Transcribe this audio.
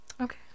Okay